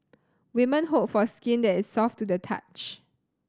women hope for skin that is soft to the touch